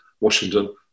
Washington